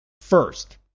first